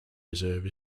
reserve